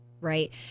right